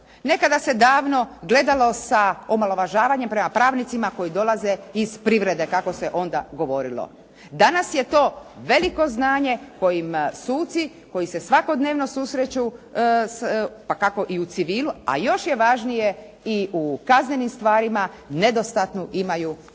Nekada se davno gledalo sa omalovažavanjem prema pravnicima koji dolaze iz privrede, kako se onda govorilo. Danas je to veliko znanje kojim suci, koji se svakodnevno susreću, pa kako i u civilu, a još je važnije i u kaznenim stvarima nedostatnu imaju izobrazbu.